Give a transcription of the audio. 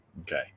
Okay